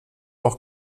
auch